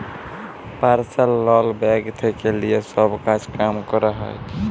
personal loan bank থেক্যে লিয়ে সব কাজ কাম ক্যরা যায়